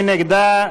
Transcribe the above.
מי נגדה?